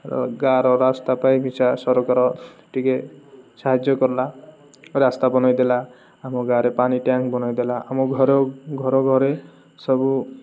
ଗାଁର ରାସ୍ତା ପାଇଁ ମିଶା ସରକାର ଟିକିଏ ସାହାଯ୍ୟ କଲା ରାସ୍ତା ବନାଇଦେଲା ଆମ ଗାଁରେ ପାଣି ଟ୍ୟାଙ୍କ୍ ବନାଇଦେଲା ଆମ ଘର ଘର ଘରେ ସବୁ